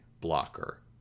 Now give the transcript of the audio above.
blocker